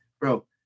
bro